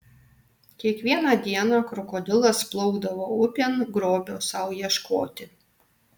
kiekvieną dieną krokodilas plaukdavo upėn grobio sau ieškoti